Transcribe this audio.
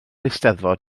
eisteddfod